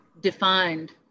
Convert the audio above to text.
defined